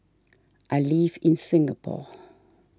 I live in Singapore